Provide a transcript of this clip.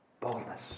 boldness